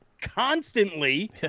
constantly